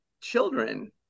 children